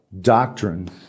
Doctrine